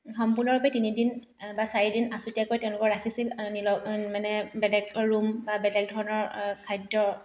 সম্পূৰ্ণৰূপে তিনিদিন বা চাৰিদিন আছুতীয়াকৈ তেওঁলোকক ৰাখিছিল নিলগ মানে বেলেগ ৰুম বা বেলেগ ধৰণৰ খাদ্য